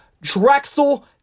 Drexel